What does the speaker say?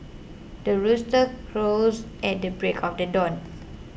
the rooster crows at the break of the dawn